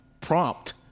prompt